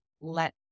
let